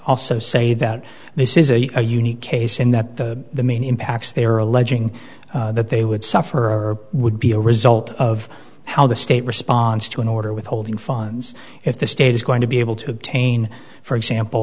also say that this is a unique case in that the main impacts they are alleging that they would suffer or would be a result of how the state response to an order withholding funds if the state is going to be able to obtain for example